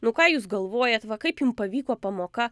nu ką jūs galvojat va kaip jum pavyko pamoka